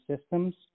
systems